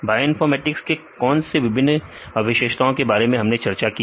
bioinformatics के कौन से विभिन्न विशेषताओं के बारे में हमने चर्चा की